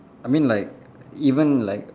I mean like even like